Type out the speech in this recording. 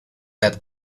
that